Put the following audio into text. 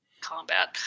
combat